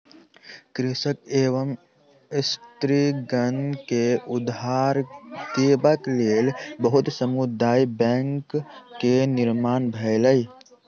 कृषक एवं स्त्रीगण के उधार देबक लेल बहुत समुदाय बैंक के निर्माण भेलै